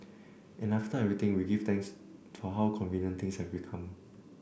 and after everything we give thanks for how convenient things have become